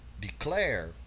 declare